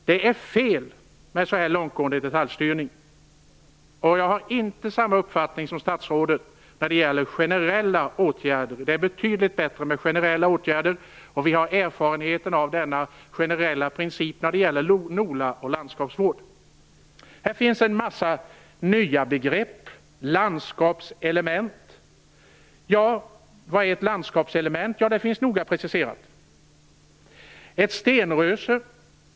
Det är fel med en så här långtgående detaljstyrning. Jag har inte samma uppfattning som statsrådet om generella åtgärder. Det är betydligt bättre med generella åtgärder. Vi har erfarenhet av den principen när det gäller NOLA och landskapsvård. Här finns en mängd nya begrepp, som landskapselement. Vad är ett landskapselement? Det finns noga preciserat.